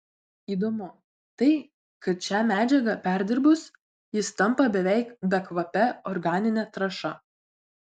įdomu tai kad šią medžiagą perdirbus jis tampa beveik bekvape organine trąša